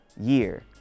year